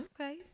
Okay